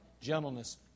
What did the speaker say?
gentleness